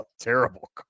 terrible